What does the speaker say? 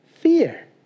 fear